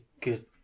good